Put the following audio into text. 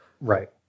right